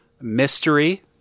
Mystery